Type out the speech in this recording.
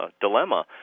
dilemma